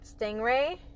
Stingray